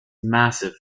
massive